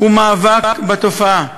ומאבק בתופעה.